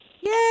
Yay